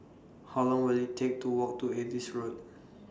How Long Will IT Take to Walk to Adis Road